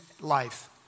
life